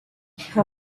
how